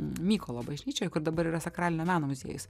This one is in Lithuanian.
mykolo bažnyčioj kur dabar yra sakralinio meno muziejus